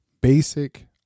basic